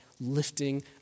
lifting